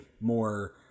more